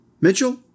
Mitchell